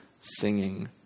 singing